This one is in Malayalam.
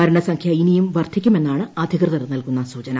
മരണസംഖ്യ ഇനിയും വർധിക്കുമെന്നാണ് അധികൃതർ നൽകുന്ന സൂചന